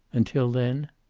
until then?